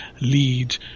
lead